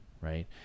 right